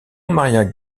maria